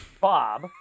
Bob